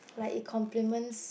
like in complements